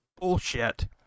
bullshit